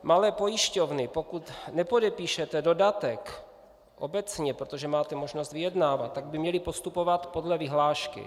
Malé pojišťovny, pokud nepodepíšete dodatek obecně, protože máte možnost vyjednávat, tak by měly postupovat podle vyhlášky.